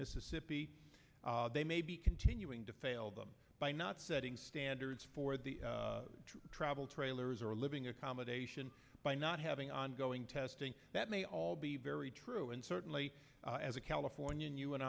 mississippi they may be continuing to fail them by not setting standards for the travel trailers or living accommodation by not having ongoing testing that may all be very true and certainly as a californian you and